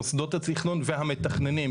מוסדות התכנון והמתכננים.